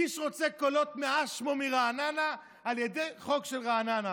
קיש רוצה קולות ממה-שמו מרעננה על ידי חוק של רעננה,